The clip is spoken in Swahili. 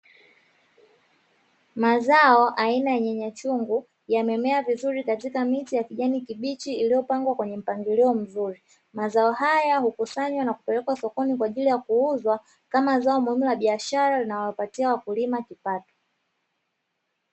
Mazao aina ya nyanyachungu yamemea vizuri katika miti ya kijani kibichi, iliyopangwa kwa mpangilio mzuri, mazao haya hukusanywa na kupelekwa sokoni kwa ajili ya kuuzwa, kama zao muhimu la biashara linalowapatia wakulima kipato.